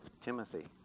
Timothy